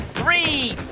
three,